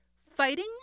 fighting